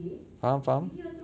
faham faham